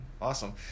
Awesome